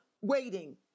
waiting